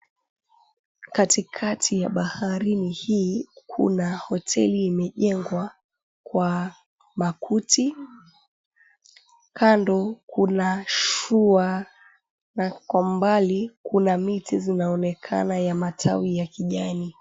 Katikati ya baharini hii, kuna hoteli imejengwa kwa makuti. Kando kuna shua na kwa mbali kuna miti zinaonekana ya matawi ya kijani.